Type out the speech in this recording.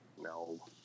No